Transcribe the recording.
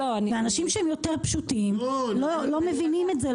אנשים יותר פשוטים לא מבינים את זה,